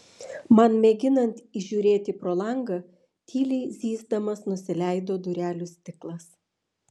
man mėginant įžiūrėti pro langą tyliai zyzdamas nusileido durelių stiklas